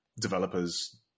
developers